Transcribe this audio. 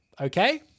Okay